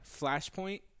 Flashpoint –